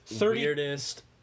weirdest